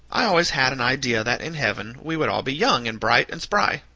i always had an idea that in heaven we would all be young, and bright, and spry.